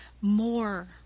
more